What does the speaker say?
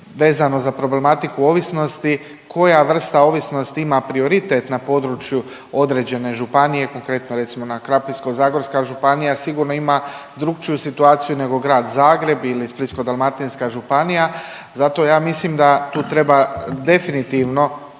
vezano za problematiku ovisnosti koja vrsta ovisnosti ima prioritet na području određene županije, konkretno, recimo na, Krapinsko-zagorska županija sigurno ima drukčiju situaciju nego Grad Zagreb ili Splitsko-dalmatinska županija, zato ja mislim da tu treba definitivno